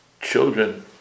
children